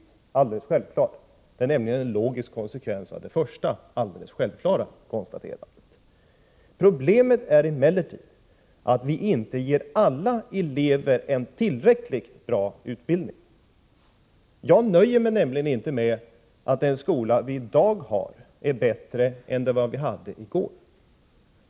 Ja, självfallet, det är nämligen en logisk konsekvens av det första, alldeles självklara konstaterandet. Problemet är emellertid att vi inte ger alla elever en tillräckligt bra utbildning. Jag nöjer mig nämligen inte med att den skola som vi i dag har är bättre än den som vi hade i går.